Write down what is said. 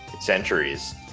centuries